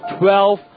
twelve